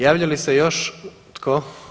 Javlja li se još tko?